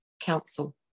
council